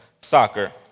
soccer